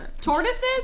Tortoises